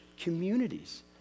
communities